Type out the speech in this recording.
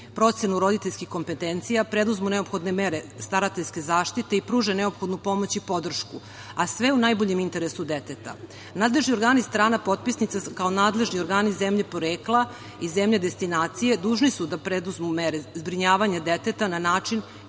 procenu roditeljskih kompetencija, preduzmu neophodne mere starateljske zaštite i pruže neophodnu pomoć i podršku, a sve u najboljem interesu deteta. Nadležni organi strana potpisnica, kao nadležni organi zemlje porekla i zemlje destinacije, dužni su da preduzmu mere zbrinjavanja deteta na način